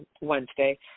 Wednesday